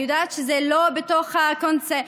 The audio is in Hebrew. אני יודעת שזה לא בתוך הקונסנזוס,